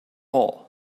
all